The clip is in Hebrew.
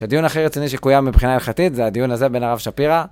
הדיון הכי רציני שקוים מבחינה הלכתית זה הדיון הזה בין הרב שפירא.